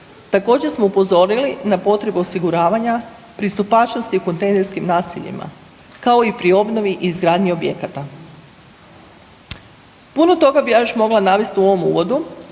Također smo upozorili na potrebu osiguravanja pristupačnosti kontejnerskim naseljima kao i pri obnovi i izgradnji objekata. Puno toga bi ja još mogla navesti u ovom uvodu,